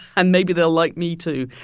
and maybe they'll like me, too.